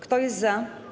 Kto jest za?